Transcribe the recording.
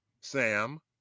Sam